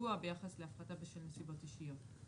הקבוע ביחס להפחתה בשל נסיבות אישיות.